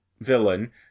villain